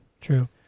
true